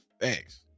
Thanks